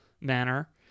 manner